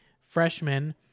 freshman